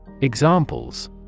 Examples